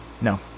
No